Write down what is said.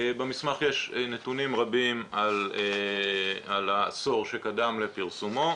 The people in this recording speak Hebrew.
במסמך יש נתונים רבים על העשור שקדם לפרסומו,